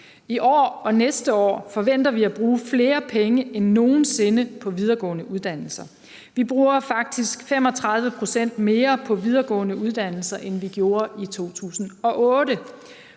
I år og næste år forventer vi at bruge flere penge end nogen sinde på videregående uddannelser. Vi bruger faktisk 35 pct. mere på videregående uddannelser, end vi gjorde i 2008.